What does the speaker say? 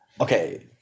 Okay